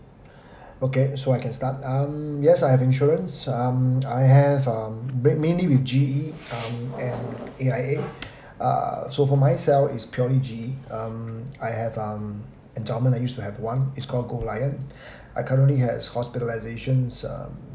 okay so I can start um yes I have insurance err I have um ma~ mainly with G_E err and A_I_A uh so for myself is purely G_E err I have um endowment I used to have one its called gold lion I currently has hospitalisations um